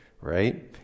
right